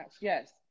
Yes